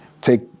take